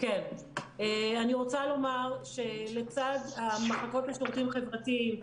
אני רוצה לומר שלצד המחלקות לשירותים חברתיים,